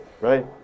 right